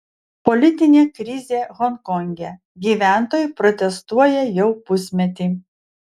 politinė krizė honkonge gyventojai protestuoja jau pusmetį